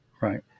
Right